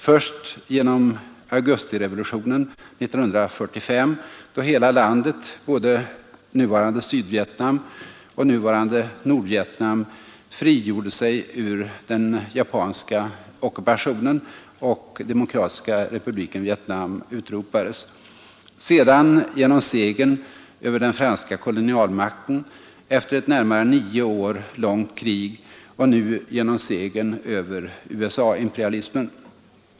Först genom augustirevolutionen 1945 då hela landet, både nuvarande Sydvietnam och nuvarande Nordvietnam, frigjorde sig ur den japanska ockupationen och Demokratiska republiken Vietnam utropades, sedan genom segern över den franska kolonialmakten efter ett närmare nio år långt krig, och nu genom segern över USA-imperialismen.